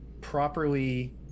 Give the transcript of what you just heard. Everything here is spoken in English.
properly